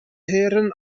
héireann